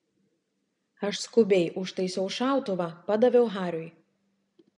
aš skubiai užtaisiau šautuvą padaviau hariui